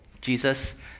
Jesus